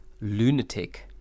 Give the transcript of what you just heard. lunatic